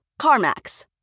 CarMax